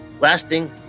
lasting